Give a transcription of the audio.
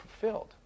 fulfilled